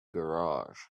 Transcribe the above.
garage